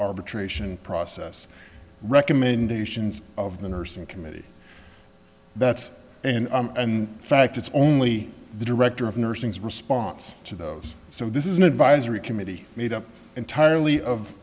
arbitration process recommendations of the nursing committee that's in fact it's only the director of nursing is response to those so this is an advisory committee made up entirely of